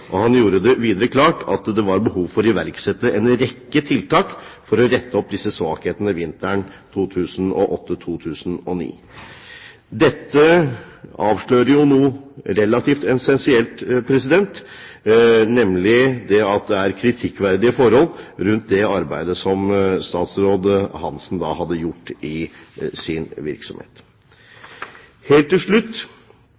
svake. Han gjorde det videre klart at det var behov for å iverksette en rekke tiltak for å rette opp disse svakhetene vinteren 2008/2009. Dette avslører jo noe relativt essensielt, nemlig at det er kritikkverdige forhold rundt det arbeidet som statsråd Hanssen utførte i sin virksomhet.